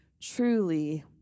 Truly